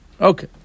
okay